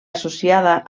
associada